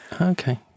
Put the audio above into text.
Okay